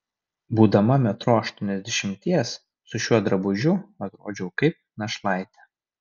būdama metro aštuoniasdešimties su šiuo drabužiu atrodžiau kaip našlaitė